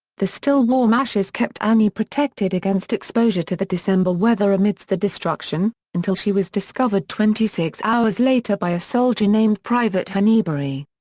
the still-warm ashes kept annie protected against exposure to the december weather amidst the destruction, until she was discovered twenty six hours later by a soldier named private henneberry.